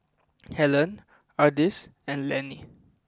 Hellen Ardis and Lennie